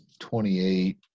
28